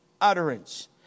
utterance